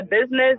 business